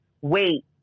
wait